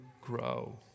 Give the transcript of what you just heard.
grow